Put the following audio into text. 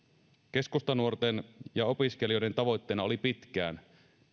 keskustanuorten ja opiskelijoiden tavoitteena oli pitkään